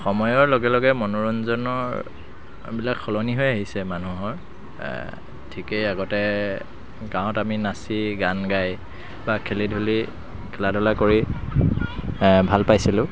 সময়ৰ লগে লগে মনোৰঞ্জনৰবিলাক সলনি হৈ আহিছে মানুহৰ ঠিকেই আগতে গাঁৱত আমি নাচি গান গাই বা খেলি ধূলি খেলাধূলা কৰি ভাল পাইছিলোঁ